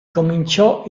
cominciò